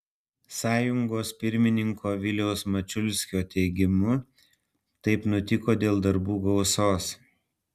sąjungos pirmininko viliaus mačiulskio teigimu taip nutiko dėl darbų gausos